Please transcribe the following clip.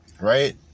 right